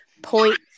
Point